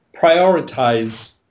prioritize